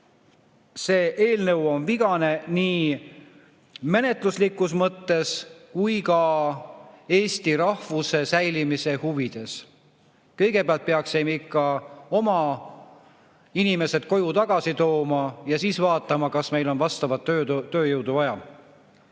see eelnõu on vigane nii menetluslikus mõttes kui ka eesti rahvuse säilimise huvide mõttes. Kõigepealt peaksime ikka oma inimesed koju tagasi tooma ja siis vaatama, kas meil on vastavat tööjõudu vaja.